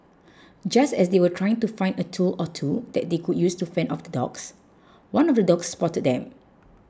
just as they were trying to find a tool or two that they could use to fend off the dogs one of the dogs spotted them